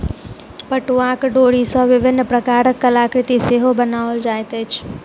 पटुआक डोरी सॅ विभिन्न प्रकारक कलाकृति सेहो बनाओल जाइत अछि